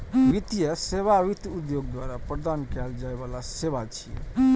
वित्तीय सेवा वित्त उद्योग द्वारा प्रदान कैल जाइ बला सेवा छियै